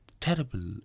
terrible